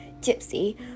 gypsy